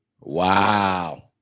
wow